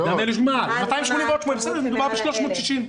מדובר ב-360.